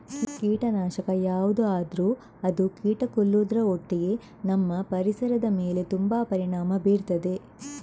ಕೀಟನಾಶಕ ಯಾವ್ದು ಆದ್ರೂ ಅದು ಕೀಟ ಕೊಲ್ಲುದ್ರ ಒಟ್ಟಿಗೆ ನಮ್ಮ ಪರಿಸರದ ಮೇಲೆ ತುಂಬಾ ಪರಿಣಾಮ ಬೀರ್ತದೆ